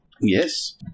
Yes